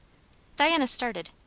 diana started.